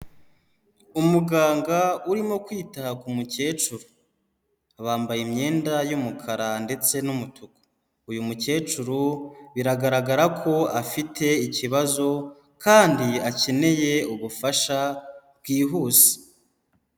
Umuganga urimo kwita ku mukecuru, bambaye imyenda y'umukara ndetse n'umutuku, uyu mukecuru biragaragara ko afite ikibazo kandi akeneye ubufasha bwihuse.